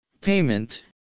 payment